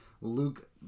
Luke